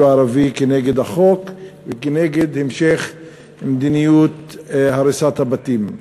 הערבי כנגד החוק וכנגד המשך מדיניות הריסת הבתים.